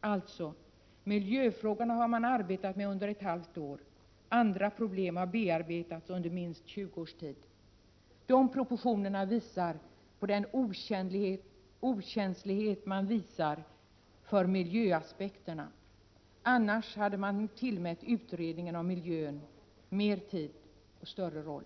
Alltså: Miljöfrågorna har man arbetat med under ett halvt år — andra problem har bearbetats under 20 års tid. De proportionerna vittnar om den okänslighet man visar för miljöaspekterna. Annars hade man tillmätt utredningen om miljön mer tid och större roll.